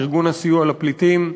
ארגון הסיוע לפליטים,